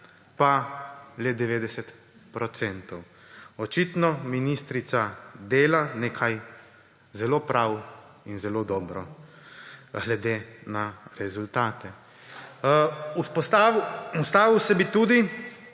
pa le 90 %. Očitno ministrica dela nekaj zelo prav in zelo dobro, glede na rezultate. Ustavil bi se tudi